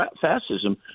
fascism